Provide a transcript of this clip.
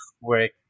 work